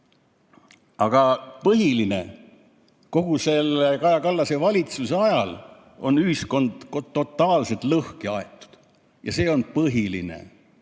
Aga põhiline: kogu selle Kaja Kallase valitsuse ajal on ühiskond totaalselt lõhki aetud. See on põhiline: